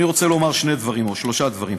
אני רוצה לומר שני דברים, או שלושה דברים.